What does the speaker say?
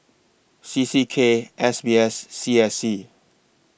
C C K S B S C S C